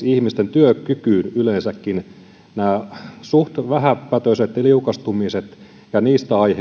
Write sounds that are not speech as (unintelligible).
(unintelligible) ihmisten työkykyyn yleensäkin nämä suht vähäpätöiset liukastumiset ja niistä